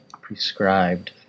prescribed